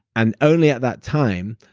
and only at that time,